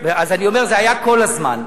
אז אני אומר, זה היה כל הזמן.